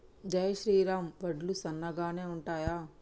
జై శ్రీరామ్ వడ్లు సన్నగనె ఉంటయా?